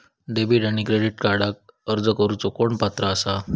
Debit आणि credit कार्डक अर्ज करुक कोण पात्र आसा?